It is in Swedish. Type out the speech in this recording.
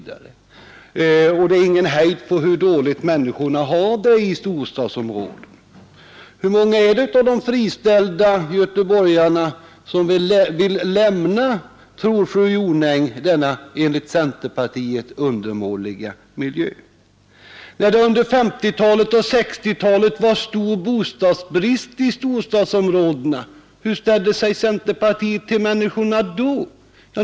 Det är ingen hejd på hur dåligt människorna har det i storstadsområdena. Men hur många är det av de friställda göteborgarna, tror fru Jonäng, som vill lämna denna enligt centerpartiet undermåliga miljö? När det under 1950 och 1960-talen var stor bostadsbrist i storstadsområdena, hur ställde sig centerpartiet till människorna då?